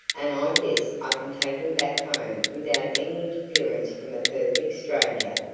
and i guess i can take him back home without any interference from a perfect stranger.